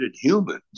humans